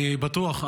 אני בטוח,